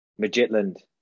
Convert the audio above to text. Magitland